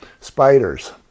spiders